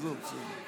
עזוב, בסדר.